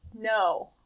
No